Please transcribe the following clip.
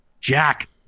Jack